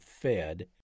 fed